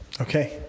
okay